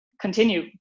continue